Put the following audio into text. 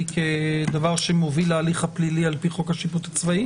כדבר שמוביל להליך הפלילי על פי חוק השיפוט הצבאי?